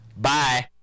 Bye